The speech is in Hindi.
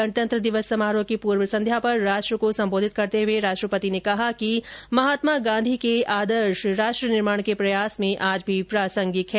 गणतंत्र दिवस समारोह की पूर्व संध्या पर राष्ट्र को सम्बोधित करते हुए राष्ट्रपति ने कहा कि महात्मा गांधी के आदर्श राष्ट्र निर्माण के प्रयास में आज भी प्रासंगिक हैं